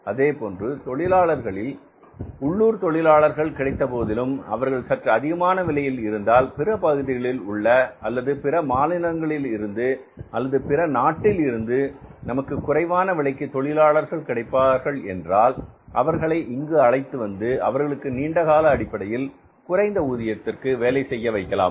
அதேபோன்று தொழிலாளர்களில் உள்ளூர் தொழிலாளர்கள் கிடைத்தபோதிலும் அவர்கள் சற்று அதிகமான விலையில் இருந்தால் பிற பகுதிகளில் உள்ள அல்லது பிற மாநிலங்களில் இருந்து அல்லது பிற நாட்டில் இருந்து நமக்கு குறைவான விலைக்கு தொழிலாளர்கள் கிடைப்பார்கள் என்றால் அவர்களை இங்கு அழைத்து வந்து அவர்களுக்கு நீண்டகால அடிப்படையில் குறைந்த ஊதியத்திற்கு வேலை செய்ய வைக்கலாம்